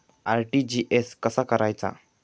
RTGS कसा करायचा?